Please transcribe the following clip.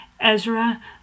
Ezra